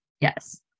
Yes